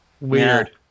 weird